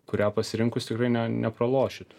kurią pasirinkus tikrai nepralošite